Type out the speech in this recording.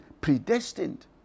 predestined